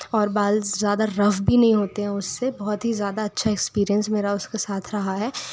और बाल ज़्यादा रफ़ भी नी होते हैं उस से बहुत ही ज़्यादा अच्छा एक्सपीरियेंस मेरा उसके साथ रहा है